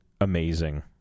amazing